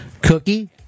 Cookie